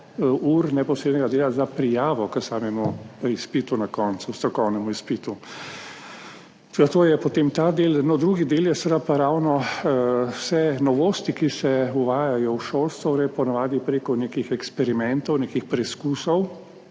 dovolj ur neposrednega dela za prijavo k samemu izpitu, na koncu strokovnemu izpitu. Seveda, to je potem ta del. Drugi del je seveda pa ravno vse novosti, ki se uvajajo v šolstvu gre ponavadi preko nekih eksperimentov, nekih preizkusov